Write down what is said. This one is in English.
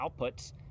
outputs